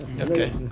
Okay